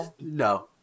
No